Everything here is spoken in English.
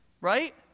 Right